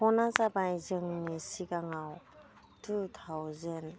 फ'ना जाबाय जोंनि सिगाङाव टु थावजेन्ड